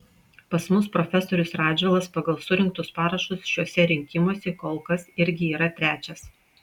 pas mus profesorius radžvilas pagal surinktus parašus šiuose rinkimuose kol kas irgi yra trečias